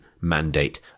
mandate